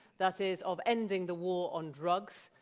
that is of ending the war on drugs.